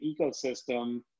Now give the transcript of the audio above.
ecosystem